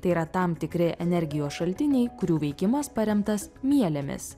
tai yra tam tikri energijos šaltiniai kurių veikimas paremtas mielėmis